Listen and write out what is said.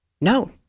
No